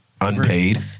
Unpaid